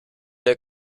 der